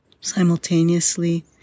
Simultaneously